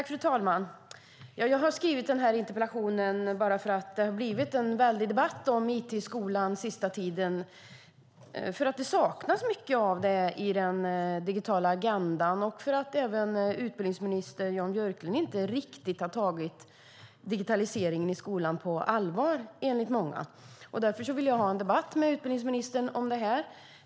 Fru talman! Jag har skrivit den här interpellationen eftersom det har blivit en väldig debatt om it i skolan den senaste tiden. Mycket av detta saknas nämligen i den digitala agendan eftersom utbildningsminister Jan Björklund, enligt många, inte riktigt har tagit digitaliseringen i skolan på allvar. Därför vill jag ha en debatt med utbildningsministern om det här.